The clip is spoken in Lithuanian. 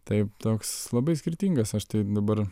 taip toks labai skirtingas aš tai dabar